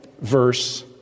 verse